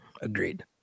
Agreed